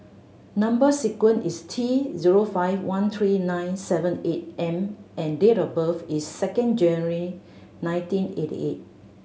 number sequence is T zero five one three nine seven eight M and date of birth is second January nineteen eighty eight